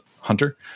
hunter